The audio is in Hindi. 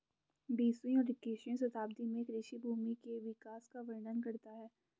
बीसवीं और इक्कीसवीं शताब्दी में कृषि भूमि के विकास का वर्णन करता है